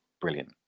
brilliant